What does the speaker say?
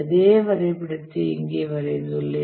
அதே வரைபடத்தை இங்கே வரைந்துள்ளேன்